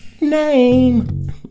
name